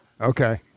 Okay